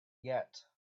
yet